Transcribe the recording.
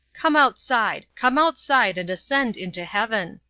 come outside! come outside and ascend into heaven!